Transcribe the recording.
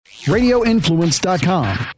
RadioInfluence.com